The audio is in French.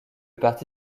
parti